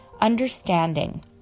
understanding